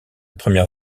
première